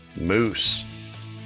moose